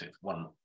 one